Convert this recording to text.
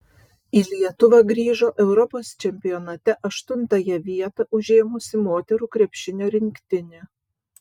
į lietuvą grįžo europos čempionate aštuntąją vietą užėmusi moterų krepšinio rinktinė